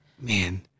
Man